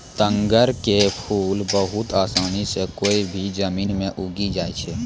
तग्गड़ के फूल बहुत आसानी सॅ कोय भी जमीन मॅ उगी जाय छै